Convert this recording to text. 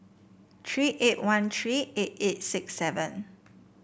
three eight one three eight eight six seven